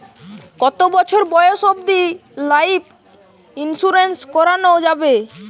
কতো বছর বয়স অব্দি লাইফ ইন্সুরেন্স করানো যাবে?